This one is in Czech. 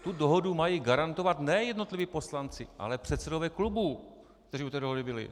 Tu dohodu mají garantovat ne jednotliví poslanci, ale předsedové klubů, kteří u té dohody byli.